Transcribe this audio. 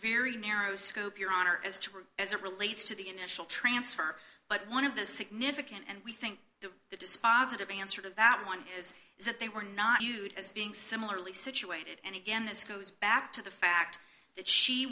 very narrow scope your honor as to as it relates to the initial transfer but one of the significant and we think that the dispositive answer to that one is is that they were not used as being similarly situated and again this goes back to the fact that she